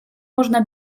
można